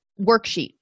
worksheet